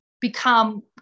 become